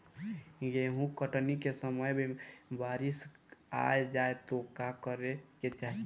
गेहुँ कटनी के समय बारीस आ जाए तो का करे के चाही?